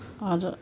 और